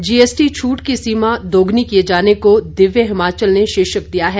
GST छूट की सीमा दुगुनी किए जाने को दिव्य हिमाचल ने शीर्षक दिया है